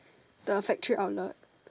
the factory outlet